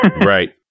Right